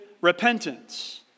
repentance